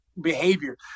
behavior